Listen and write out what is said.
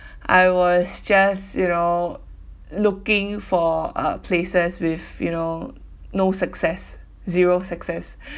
I was just you know looking for uh places with you know no success zero success